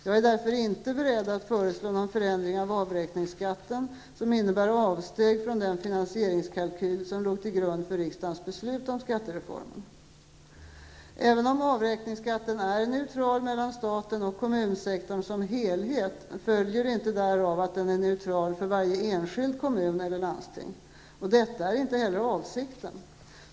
Jag är därför inte beredd att föreslå någon förändring av avräkningsskatten som innebär avsteg från den finansieringskalkyl som låg till grund för riksdagens beslut om skattereformen. Även om avräkningsskatten är neutral mellan staten och kommunsektorn som helhet följer inte därav att den är neutral för varje enskild kommun eller landsting. Detta är inte heller avsikten.